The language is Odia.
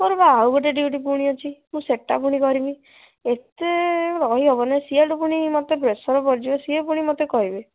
ମୋର ବା ଆଉ ଗୋଟିଏ ଡ୍ୟୁଟି ପୁଣି ଅଛି ମୁଁ ସେଇଟା ପୁଣି କରିବି ଏତେ ରହି ହେବନି ସିଆଡ଼େ ପୁଣି ମତେ ପ୍ରେସର୍ ପଡ଼ିଯିବ ସିଏ ପୁଣି ମୋତେ କହିବେ